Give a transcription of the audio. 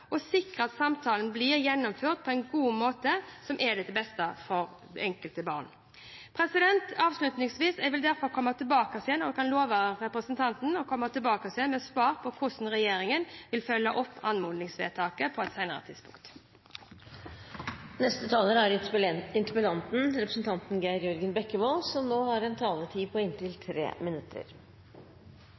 sikre at samtalen blir gjennomført på en god måte til beste for det enkelte barn. Avslutningsvis: Jeg kan love representanten at jeg på et senere tidspunkt vil komme tilbake til Stortinget med svar på hvordan regjeringen vil følge opp anmodningsvedtaket. Jeg vil takke statsråden for svaret. Jeg opplever dette svaret som veldig positivt og har